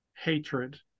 hatred